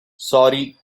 sorry